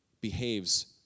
behaves